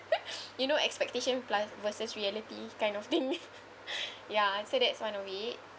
you know expectation plus versus reality kind of thing ya so that's one of it